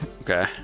Okay